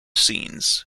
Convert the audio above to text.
scenes